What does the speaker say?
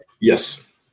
Yes